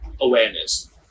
awareness